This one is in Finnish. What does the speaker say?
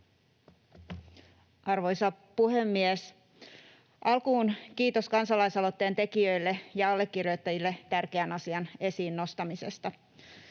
Arvoisa puhemies! Alkuun kiitos kansalaisaloitteen tekijöille ja allekirjoittajille tärkeän asian esiin nostamisesta.